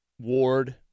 Ward